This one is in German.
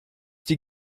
die